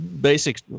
Basic